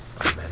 Amen